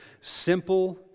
simple